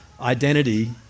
identity